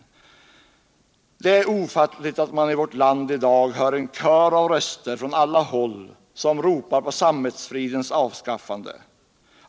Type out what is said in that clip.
Det är ofattligt att man i vårt land i dag hör en kör av röster från alla håll som ropar på samvetsfridens avskaffande.